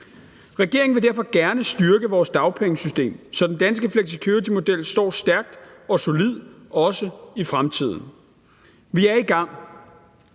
Regeringen vil derfor gerne styrke vores dagpengesystem, så den danske flexicuritymodel står stærkt og solidt, også i fremtiden. Vi er i gang.